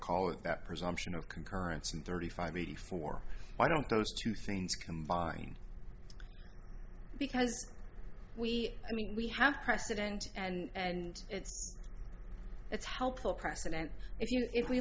call it that presumption of concurrence and thirty five eighty four why don't those two things combined because we i mean we have precedent and it's helpful precedent if